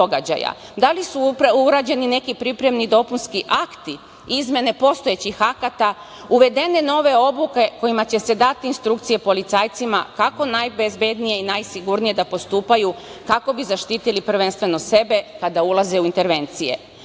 Da li su urađeni neki pripremni, dopunski akti, izmene postojećih akata, uvedene nove obuke kojima će se dati instrukcije policajcima kako najbezbednije, kako najsigurnije da postupaju kako bi zaštiti, prvenstveno sebe, kada ulaze u intervencije? Kako